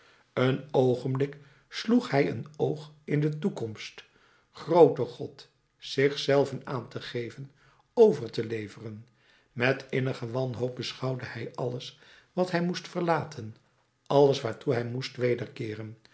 een oogenblik sloeg hij een oog in de toekomst groote god zich zelven aan te geven over te leveren met innige wanhoop beschouwde hij alles wat hij moest verlaten alles waartoe hij moest wederkeeren